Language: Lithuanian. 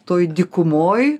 toj dykumoj